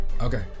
Okay